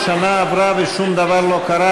שנה עברה ושום דבר לא קרה,